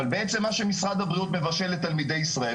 אבל בעצם מה שמשרד הבריאות מבשל לתלמידי ישראל,